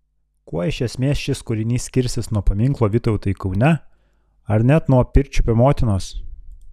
kuo iš esmės šis kūrinys skirsis nuo paminklo vytautui kaune ar net nuo pirčiupio motinos